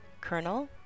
Colonel